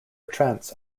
trance